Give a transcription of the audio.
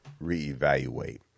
reevaluate